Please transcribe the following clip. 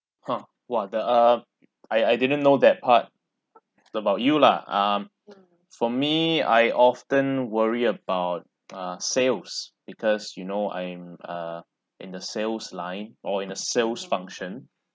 !huh! !wah! the ah I I didn't know that part about you lah um for me I often worry about uh sales because you know I'm uh in the sales line or in a sales function